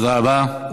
תודה רבה.